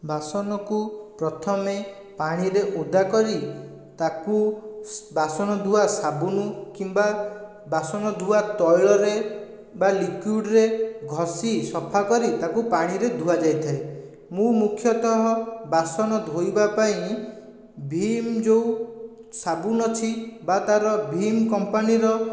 ବାସନକୁ ପ୍ରଥମେ ପାଣିରେ ଓଦା କରି ତାକୁ ସ୍ ବାସନ ଧୁଆ ସାବୁନ କିମ୍ବା ବାସନ ଧୁଆ ତୈଳରେ ବା ଲିକ୍ୱିଡ଼ରେ ଘଷି ସଫା କରି ତାକୁ ପାଣିରେ ଧୁଆ ଯାଇଥାଏ ମୁଁ ମୁଖ୍ୟତଃ ବାସନ ଧୋଇବା ପାଇଁ ଭୀମ୍ ଯେଉଁ ସାବୁନ ଅଛି ବା ତା'ର ଭୀମ୍ କମ୍ପାନୀର